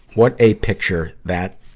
what a picture that,